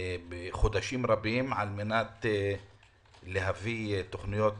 חודשים רבים על מנת להביא תוכניות